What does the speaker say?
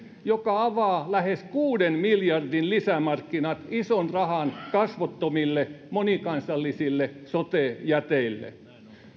joka avaa lähes kuuden miljardin lisämarkkinat ison rahan kasvottomille monikansallisille sote jäteille